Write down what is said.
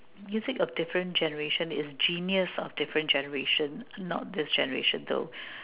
music of different generation is genius of different generation not this generation though